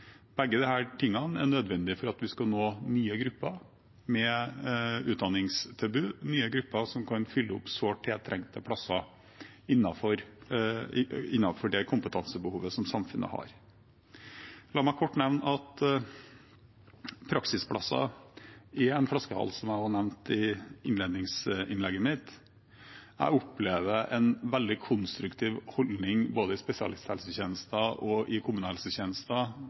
Begge deler er nødvendig for at vi skal nå nye grupper med utdanningstilbud, nye grupper som kan fylle opp sårt tiltrengte plasser innenfor det kompetansebehovet samfunnet har. La meg kort nevne at praksisplasser er en flaskehals, som jeg også nevnte i innledningsinnlegget mitt. Jeg opplever en veldig konstruktiv holdning både i spesialisthelsetjenesten og i kommunehelsetjenesten